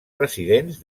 residents